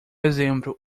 exemplo